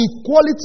equality